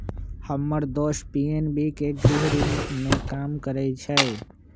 हम्मर दोस पी.एन.बी के गृह ऋण में काम करइ छई